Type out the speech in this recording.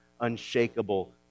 unshakable